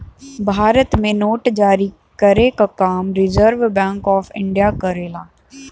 भारत में नोट जारी करे क काम रिज़र्व बैंक ऑफ़ इंडिया करेला